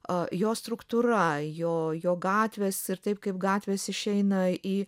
a jo struktūra jo jo gatvės ir taip kaip gatvės išeina į